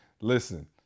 listen